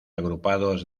agrupados